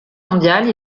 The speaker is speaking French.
mondiale